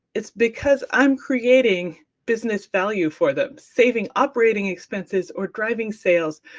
it's because i'm creating business value for them, saving operating expenses or driving sales,